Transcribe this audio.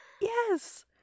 Yes